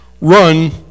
Run